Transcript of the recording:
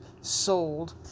Sold